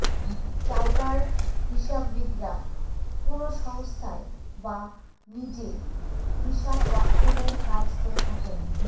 chartered হিসাববিদরা কোনো সংস্থায় বা নিজে হিসাবরক্ষনের কাজ করে থাকেন